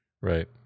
Right